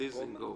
גמור.